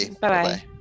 bye